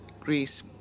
Greece